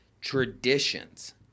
traditions